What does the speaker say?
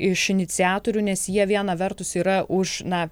iš iniciatorių nes jie viena vertus yra už na